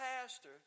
pastor